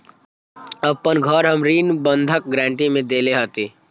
अपन घर हम ऋण बंधक गरान्टी में देले हती